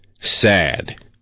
SAD